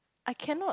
I cannot